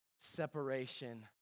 separation